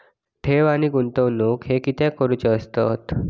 ठेव आणि गुंतवणूक हे कित्याक करुचे असतत?